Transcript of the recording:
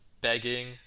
begging